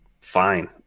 fine